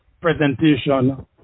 presentation